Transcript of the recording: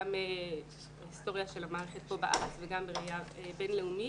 גם את ההיסטוריה של המערכת כאן בארץ וגם בראייה בין-לאומית,